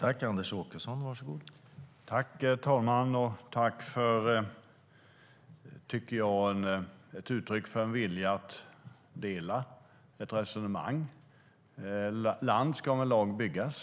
Herr talman! Jag vill tacka för det som jag tycker är ett uttryck för en vilja att dela ett resonemang. Land ska med lag byggas.